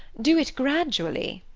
do it gradually!